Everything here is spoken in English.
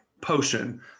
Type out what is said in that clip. potion